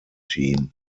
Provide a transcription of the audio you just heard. team